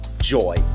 joy